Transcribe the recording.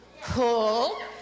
cool